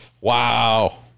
wow